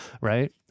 Right